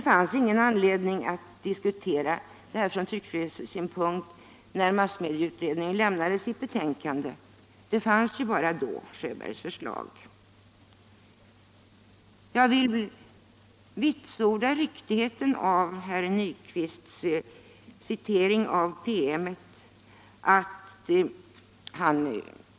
Jag vill vitsorda riktigheten i det som herr Nyquist citerade ur promemorian.